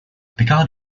picard